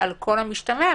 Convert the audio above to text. על כל המשתמע מכך,